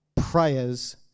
prayers